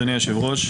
אדוני היושב-ראש,